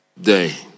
day